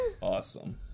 Awesome